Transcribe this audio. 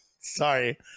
sorry